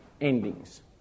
endings